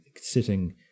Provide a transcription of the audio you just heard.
sitting